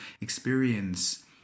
experience